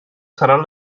seran